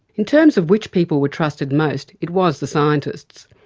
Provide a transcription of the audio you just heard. in terms of which people were trusted most it was the scientists,